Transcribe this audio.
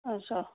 अच्छा